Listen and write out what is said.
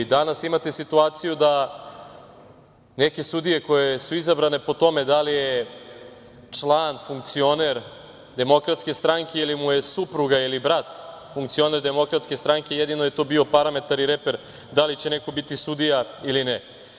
Danas imate situaciju da neke sudije koje su izabrane po tome da li je član, funkcioner DS ili mu je supruga ili brat funkcioner DS, jedino je to bio parametar i reper da li će neko biti sudija ili ne.